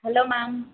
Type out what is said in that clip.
hello ma'am